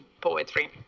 poetry